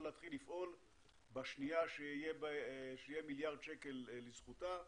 להתחיל לפעול בשנייה שיהיה מיליארד שקל לזכותה.